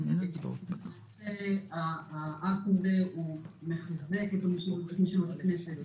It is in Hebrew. למעשה האקט הזה מחזק את משילות הכנסת,